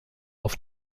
auf